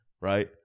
right